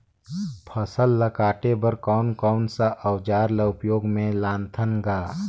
फसल ल काटे बर कौन कौन सा अउजार ल उपयोग में लानथा गा